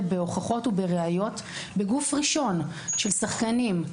בהוכחות ובראיות בגוף ראשון של שחקנים,